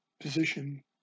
position